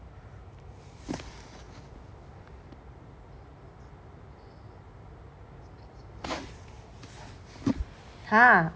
!huh!